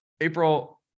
April